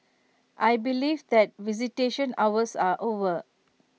I believe that visitation hours are over